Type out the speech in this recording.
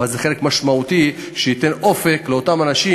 אבל זה חלק משמעותי שייתן אופק לאותם אנשים,